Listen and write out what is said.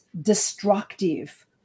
destructive